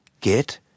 get